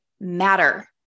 matter